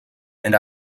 and